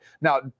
Now